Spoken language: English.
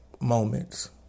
moments